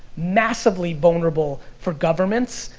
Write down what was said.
massively vulnerable for governments.